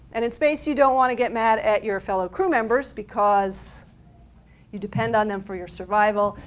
and in space you don't want to get mad at your fellows crew members because you depend on them for your survival,